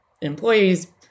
employees